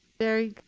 very